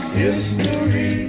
history